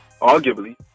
arguably